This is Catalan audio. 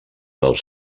dels